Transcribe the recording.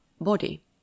body